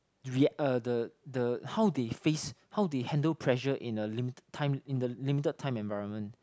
react uh the the how they face how they handle pressure in a limited time in the limited time environment